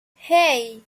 hey